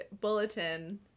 Bulletin